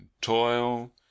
toil